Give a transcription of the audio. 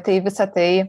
tai visa tai